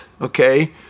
okay